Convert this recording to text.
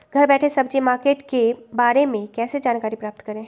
घर बैठे सब्जी मार्केट के बारे में कैसे जानकारी प्राप्त करें?